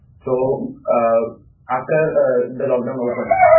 so um after ah the lockdown opens,